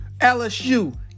LSU